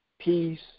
peace